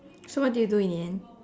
so what did you do in the end